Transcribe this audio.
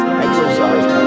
exercise